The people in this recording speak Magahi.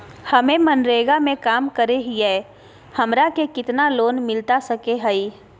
हमे मनरेगा में काम करे हियई, हमरा के कितना लोन मिलता सके हई?